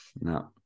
No